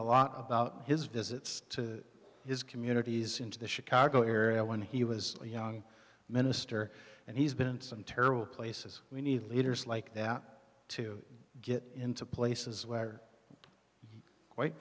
a lot about his visits to his communities into the chicago area when he was a young minister and he's been some terrible places we need leaders like that to get into places where quite